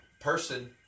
person